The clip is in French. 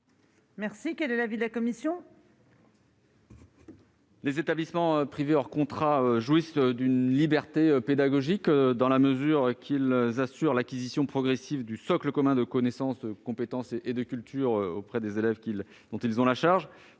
... Quel est l'avis de la commission